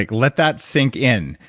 like let that sink in.